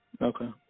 Okay